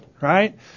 right